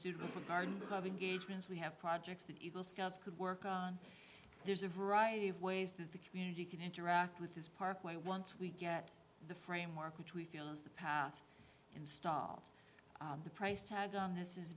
suitable for garden of engagements we have projects that eagle scouts could work on there's a variety of ways that the community can interact with this parkway once we get the framework which we feel is the path installed the price tag on this is